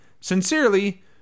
Sincerely